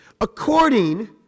according